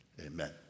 Amen